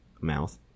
mouth